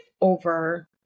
over